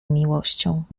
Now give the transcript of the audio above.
miłością